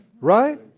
Right